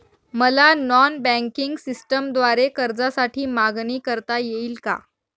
मला non banking सिस्टमद्वारे कर्जासाठी मागणी करता येईल का?